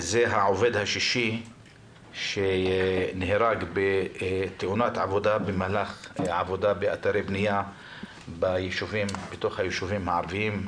הוא העובד השישי שנהרג בתאונת עבודה באתרי בנייה בתוך היישובים הערביים.